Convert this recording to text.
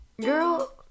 Girl